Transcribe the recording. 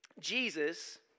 Jesus